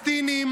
לפלסטינים,